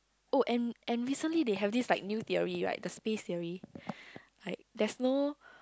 oh and and recently they have this like new theory right the space theory like there's no